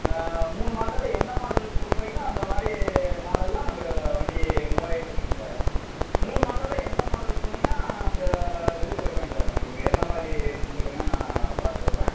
மூணு மாடல்ல என்ன மாடல் சொல்கிறீங்களோ அந்த மாதிரி மாடல்ல நம்ம வண்டி மூவாயிட்டு இருக்குதுங்க சார் மூணு மாடல்ல எந்த மாடல்னு சொன்னீங்கன்னால் அந்த இது சொல்கிறேங்க சார் நான் உங்களுக்கு என்ன மாதிரின்னு சொல்லுங்கள் நான் பார்த்து சொல்கிறேன்